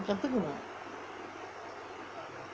கத்துக்குவான்:katthukuvaan